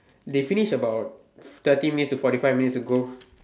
they finish about thirty minutes to forty five minutes ago